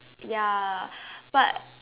ya but